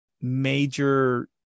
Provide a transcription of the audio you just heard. major